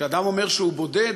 כשאדם אומר שהוא בודד,